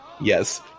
Yes